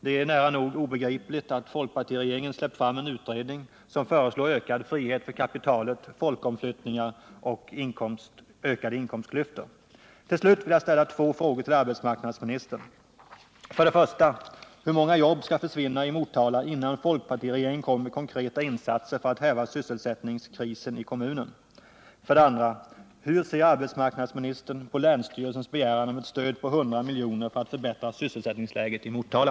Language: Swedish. Det är nära nog obegripligt att fp-regeringen släppt fram en utredning som föreslår ökad frihet för kapitalet, folkomflyttningar och ökade inkomstklyftor. 2. Hur ser arbetsmarknadsministern på länsstyrelsens begäran om ett stöd på 100 miljoner för att förbättra sysselsättningsläget i Motala?